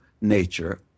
nature